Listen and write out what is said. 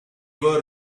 were